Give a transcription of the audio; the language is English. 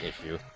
issue